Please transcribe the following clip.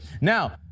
Now